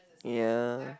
ya